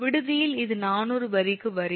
விடுதியில் இது 400 வரிக்கு வரி